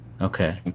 Okay